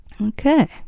Okay